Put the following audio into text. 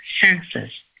senses